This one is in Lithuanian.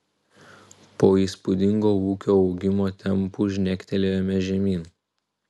po įspūdingo ūkio augimo tempų žnektelėjome žemyn